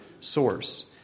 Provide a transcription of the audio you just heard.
source